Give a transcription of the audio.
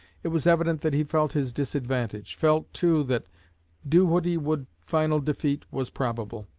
it was evident that he felt his disadvantage felt, too, that do what he would final defeat was probable.